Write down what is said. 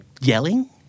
yelling